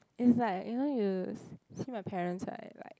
is like you know you s~ see my parents right like